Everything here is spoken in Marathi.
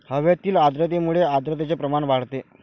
हवेतील आर्द्रतेमुळे आर्द्रतेचे प्रमाण वाढते